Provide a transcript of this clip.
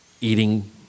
eating